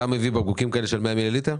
אתה מביא בקבוקים של 100 מיליליטר?